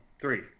three